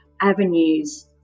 avenues